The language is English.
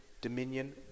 Dominion